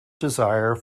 desire